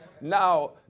Now